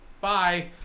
Bye